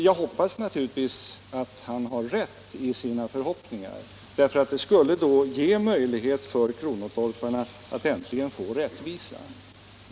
Jag önskar naturligtvis att industriministern skall få rätt i sina förhoppningar därför att det skulle ge möjlighet för kronotorparna att äntligen få rättvisa.